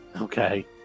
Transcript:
Okay